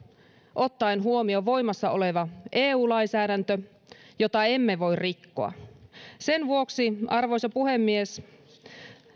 ottaen huomioon voimassa olevan eu lainsäädännön jota emme voi rikkoa sen vuoksi arvoisa puhemies